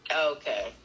Okay